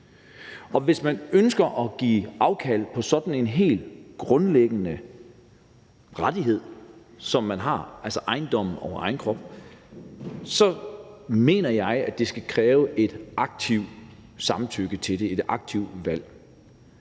Hvis man ønsker at give afkald på sådan en helt grundlæggende rettighed, som man har, altså ejendomsretten til egen krop, så mener jeg, at det skal kræve et aktivt samtykke, et aktivt valg.